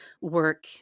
work